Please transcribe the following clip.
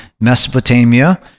Mesopotamia